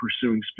pursuing